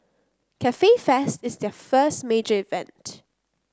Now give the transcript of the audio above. Cafe Fest is their first major event